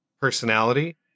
personality